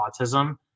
autism